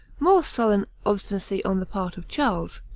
more sullen obstinacy on the part of charles,